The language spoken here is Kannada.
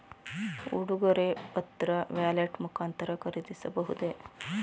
ಉಡುಗೊರೆ ಪತ್ರ ವ್ಯಾಲೆಟ್ ಮುಖಾಂತರ ಖರೀದಿಸಬಹುದೇ?